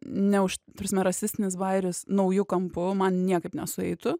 ne už prasme rasistinis bajeris nauju kampu man niekaip nesueitų